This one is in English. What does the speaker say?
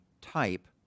type